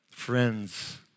Friends